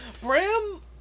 Bram